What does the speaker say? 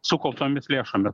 sukauptomis lėšomis